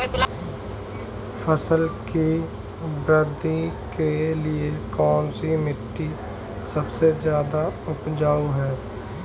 फसल की वृद्धि के लिए कौनसी मिट्टी सबसे ज्यादा उपजाऊ है?